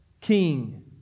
king